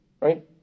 right